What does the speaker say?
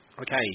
Okay